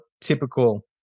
typical